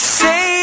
say